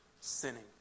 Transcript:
sinning